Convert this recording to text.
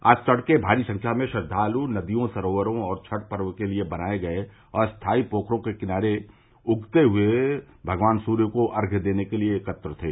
आज तड़के भारी संख्या में श्रद्दालु नदियों सरोवरो और छठ पर्व के लिए बनाए गये अस्थायी पोखरो के किनारे उगते हुए भगवान सूर्य को अर्घ्य देने के लिए एकत्र थे